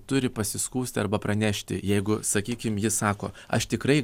turi pasiskųsti arba pranešti jeigu sakykim jis sako aš tikrai